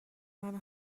منو